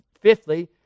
Fifthly